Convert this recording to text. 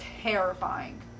terrifying